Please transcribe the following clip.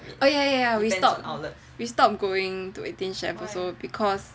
yeah yeah we stop going to eighteen chefs also because